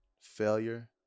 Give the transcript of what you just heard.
failure